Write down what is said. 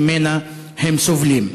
שממנה הם סובלים,